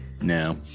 No